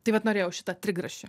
tai vat norėjau šitą trigrašį